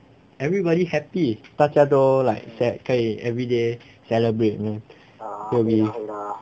everybody happy 大家都 like that 可以 everyday celebrate you know will be